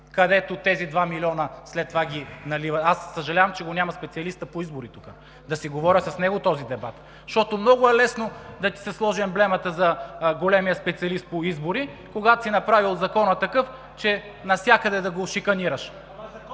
където тези два милиона след това ги налива… Съжалявам, че го няма специалиста по избори тук, да си водя с него този дебат. Защото много е лесно да ти се сложи емблемата за големия специалист по избори, когато си направил Закона такъв, че навсякъде да го шиканираш.